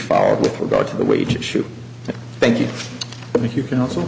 followed with regard to the wage issue thank you but you can also